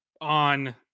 on